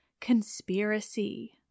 conspiracy